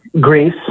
Greece